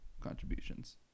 contributions